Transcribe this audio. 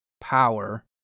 power